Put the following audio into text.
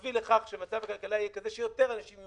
תביא לכך שמצב הכלכלה יהיה כזה שיותר אנשים יהיו